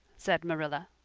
said marilla.